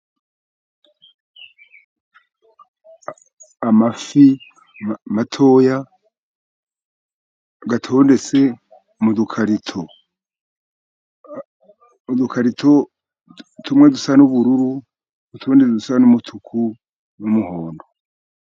Amafi matoya atondetse mu dukarito. Udukarito tumwe dusa n'ubururu, utundi dusa n'umutuku n'umuhondo.